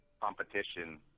competition